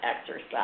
exercise